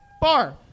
bar